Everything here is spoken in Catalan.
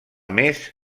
més